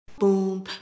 Boom